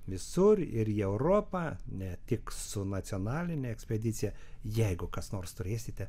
visur ir į europą ne tik su nacionaline ekspedicija jeigu kas nors turėsite